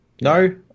no